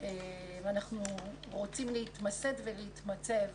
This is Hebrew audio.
ואנחנו רוצים להתמסד ולהתמצב.